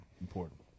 Important